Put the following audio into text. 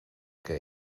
que